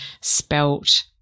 spelt